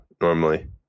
normally